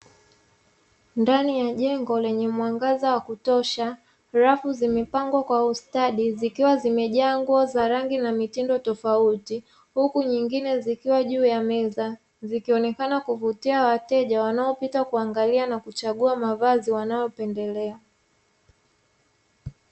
Ndani ya jengo lenye mwangaza wa kutosha, rafu zimepangwa kwa ustadi na zimejaa nguo za rangi na mitindo mbalimbali. Baadhi ya nguo zimewekwa juu ya meza, zikionekana kuvutia macho ya wateja wanaopita na kuangalia, huku wakichagua mavazi wanayoyapendelea.